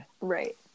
Right